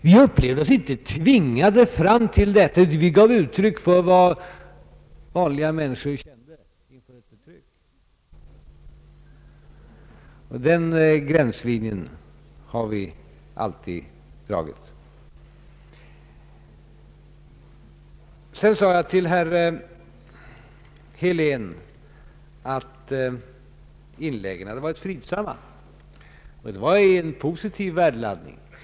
Vi upplevde oss inte tvingade fram till detta, utan vi gav uttryck för vad vanliga människor kände inför ett förtryck — den gränslinjen har vi alltid dragit. Vidare sade jag till herr Helén att inläggen hade varit fridsamma. Men det var en positiv värdering.